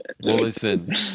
listen